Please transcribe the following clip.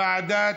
לוועדת